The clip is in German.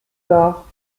doch